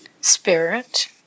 spirit